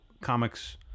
comics